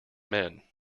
men